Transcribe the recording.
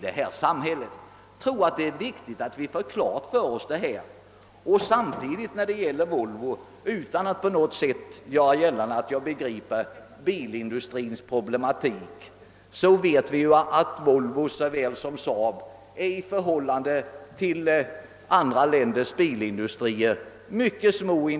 Det är viktigt att vi får detta klart för OSS. Utan att göra gällande att jag på nå got sätt begriper bilindustrins problematik vill jag framhålla att såväl Volvo som SAAB i förhållande till andra länders bilindustrier är mycket små.